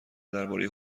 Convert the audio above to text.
درباره